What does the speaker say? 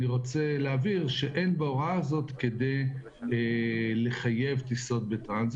אני רוצה להבהיר שאין בהוראה הזאת כדי לחייב טיסות מעבר.